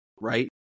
right